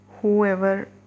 whoever